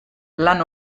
lan